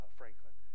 franklin